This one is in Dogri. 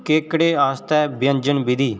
केकड़े आस्तै व्यंजन विधि